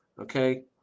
okay